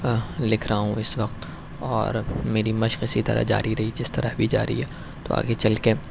لکھ رہا ہوں اس وقت اور میری مشق اسی طرح جاری رہی جس طرح ابھی جاری ہے تو آگے چل کے